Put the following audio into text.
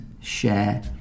share